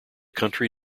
county